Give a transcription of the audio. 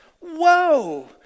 Whoa